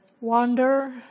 Wander